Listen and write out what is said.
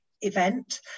event